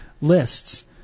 lists